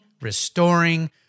restoring